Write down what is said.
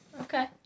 Okay